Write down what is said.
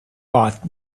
bought